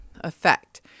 effect